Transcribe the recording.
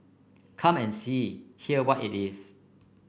come and see here what it is